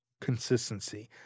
consistency